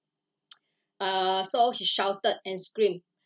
uh so he shouted and screamed